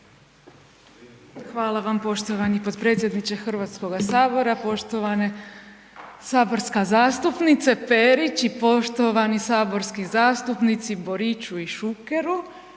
Hvala vam poštovani potpredsjedniče HS-a, poštovani saborska zastupnice Perić i poštovani saborski zastupnici Boriću i Šukeru,